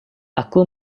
aku